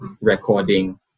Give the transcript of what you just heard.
recording